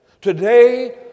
Today